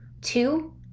Two